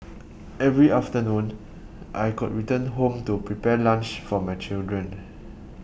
every afternoon I could return home to prepare lunch for my children